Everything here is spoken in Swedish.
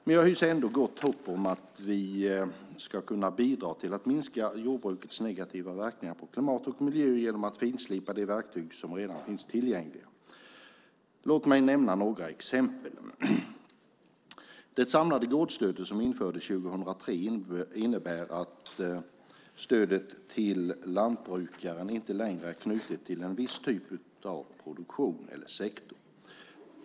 Men jag hyser ändå gott hopp om att vi ska kunna bidra till att minska jordbrukets negativa verkningar på klimat och miljö genom att finslipa de verktyg som redan finns tillgängliga. Låt mig nämna några exempel. Det samlade gårdsstöd som infördes 2003 innebär att stödet till lantbrukaren inte längre är knutet till en viss typ av produktion eller sektor.